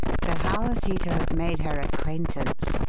so how was he to have made her acquaintance?